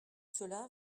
cela